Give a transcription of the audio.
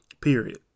Period